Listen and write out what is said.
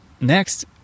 next